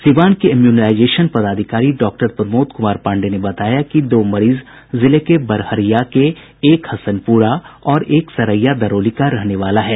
सीवान के इम्युनाइजेशन पदाधिकारी डॉ प्रमोद कुमार पांडेय ने बताया कि दो मरीज जिले के बरहरिया के एक हसनपुरा और एक सरेया दरौली का रहने वाला है